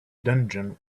dungeon